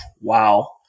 wow